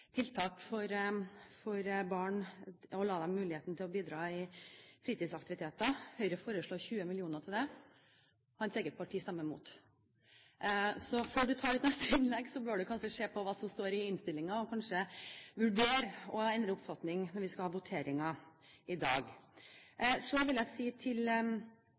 tiltak for å la barn få muligheten til å bidra i fritidsaktiviteter. Høyre foreslår 20 mill. kr til det. Hans eget parti stemmer imot. Før han tar sitt neste innlegg, bør han se på hva som står i innstillingen, og kanskje vurdere å endre oppfatning når vi skal ha voteringen i dag. Så vil jeg si til